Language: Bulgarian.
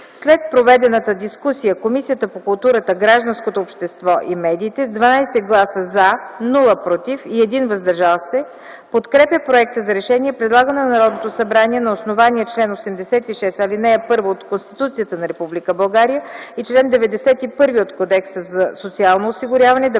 След проведената дискусия Комисията по културата, гражданското общество и медиите с 12 гласа „за”, 0 „против” и 1 „въздържал се” подкрепя проекта за решение и предлага на Народното събрание на основание чл. 86, ал. 1 от Конституцията на Република България и чл. 91 от Кодекса за социално осигуряване